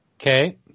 Okay